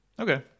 Okay